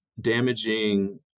damaging